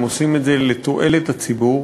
הם עושים את זה לתועלת הציבור.